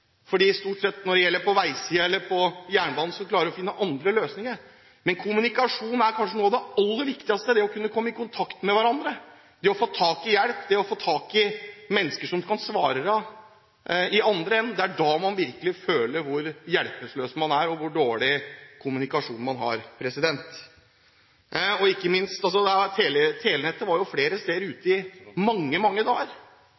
Når det gjelder vei eller jernbane, klarer man stort sett å finne andre løsninger, men kommunikasjon – det å kunne komme i kontakt med hverandre – er kanskje noe av det aller viktigste. Når man ikke får tak i hjelp, ikke får tak i mennesker som kan svare i den andre enden, ser man virkelig hvor hjelpeløs man er, og hvor dårlig kommunikasjon man har. Telenettet var flere steder ute i mange, mange dager, og